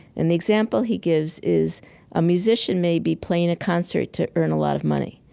and the example he gives is a musician may be playing a concert to earn a lot of money.